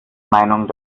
meinung